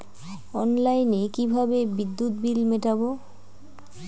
অনলাইনে কিভাবে বিদ্যুৎ বিল মেটাবো?